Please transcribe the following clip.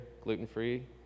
gluten-free